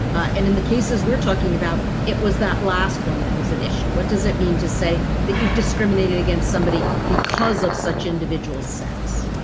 and in the cases we're talking about, it was that last one that was an issue. what does it mean to say that you've discriminated against somebody because of such individuals sex?